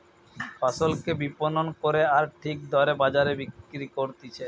ফসলকে বিপণন করে আর ঠিক দরে বাজারে বিক্রি করতিছে